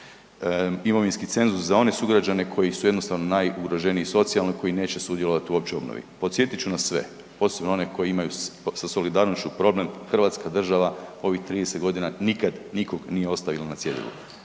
imovinski cenzus za one sugrađane koji su jednostavno najugroženiji socijalno, koji neće sudjelovati uopće u obnovi. Podsjetit ću nas sve, posebno one koji imaju sa solidarnošću problem, Hrvatska država u ovih 30 godina nikad nikog nije ostavila na cjedilu,